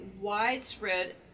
widespread